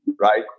right